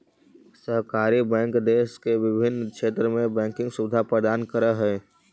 सहकारी बैंक देश के विभिन्न क्षेत्र में बैंकिंग सुविधा प्रदान करऽ हइ